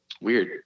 Weird